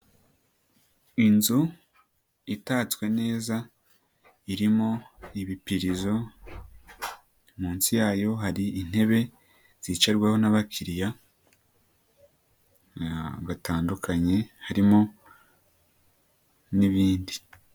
Inzu itatswe neza irimo ibipirizo, munsi yayo hari intebe zicarwaho n'abakiriya batandukanye harimo n'ibindi.